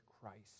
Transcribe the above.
Christ